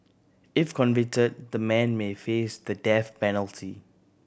if convicted the men may face the death penalty